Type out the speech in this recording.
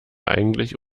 eigentlich